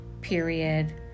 period